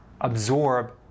absorb